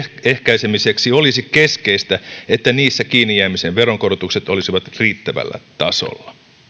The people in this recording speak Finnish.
olisi keskeistä että niissä kiinni jäämisen veronkorotukset olisivat riittävällä tasolla